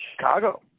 Chicago